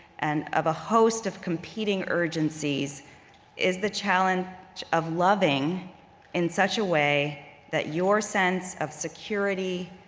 and of a host of competing urgencies is the challenge of loving in such a way that your sense of security,